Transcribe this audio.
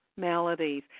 maladies